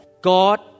God